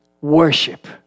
worship